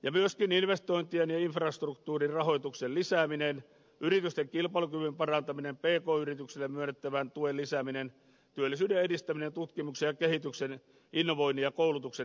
myöskin tarvitaan investointien ja infrastruktuurin rahoituksen lisäämistä yritysten kilpailukyvyn parantamista pk yrityksille myönnettävän tuen lisäämistä työllisyyden edistämistä tutkimuksen ja kehityksen innovoinnin ja koulutuksen edistämistä